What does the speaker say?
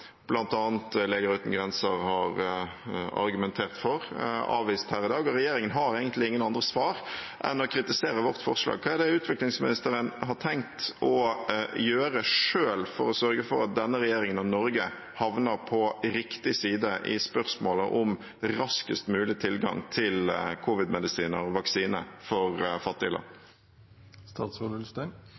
Leger Uten Grenser har argumentert for, avvist her i dag, og regjeringen har egentlig ingen andre svar enn å kritisere vårt forslag. Hva er det utviklingsministeren har tenkt å gjøre selv for å sørge for at denne regjeringen og Norge havner på riktig side i spørsmålet om raskest mulig tilgang til covid-19-medisiner og -vaksine for